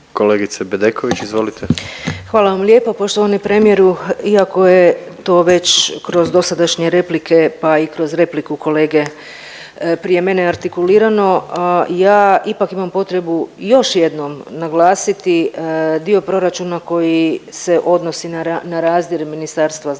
izvolite. **Bedeković, Vesna (HDZ)** Hvala vam lijepa. Poštovani premijeru iako je to već kroz dosadašnje replike pa i kroz repliku kolege prije mene artikulirano, ja ipak imam potrebu još jednom naglasiti dio proračuna koji se odnosi na razdire Ministarstva znanosti,